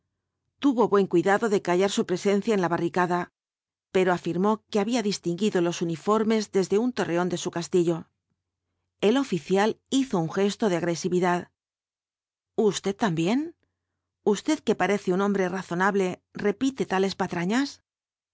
tuvo buen cuidado de callar su presencia en la barrica v blasco ibáñbiz da pero atirmó que había distinguido los uniformes desde un torreón de su castillo el oficial hizo un gesto de agresividad usted también usted que parece un hombre razonable repite tales patrañas